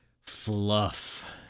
fluff